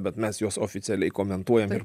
bet mes juos oficialiai komentuojam ir